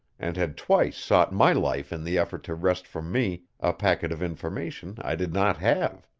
and had twice sought my life in the effort to wrest from me a packet of information i did not have.